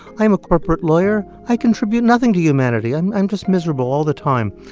i am a corporate lawyer. i contribute nothing to humanity. i'm i'm just miserable all the time.